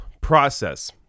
process